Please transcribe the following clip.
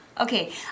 Okay